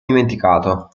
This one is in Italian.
dimenticato